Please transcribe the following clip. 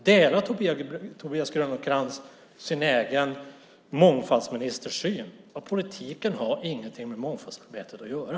Delar Tobias Krantz den syn som hans egen mångfaldsminister har, att politiken inte har någonting med mångfaldsarbetet att göra?